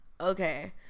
Okay